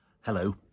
Hello